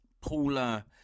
Paula